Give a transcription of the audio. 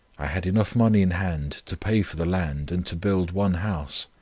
i had enough money in hand to pay for the land and to build one house,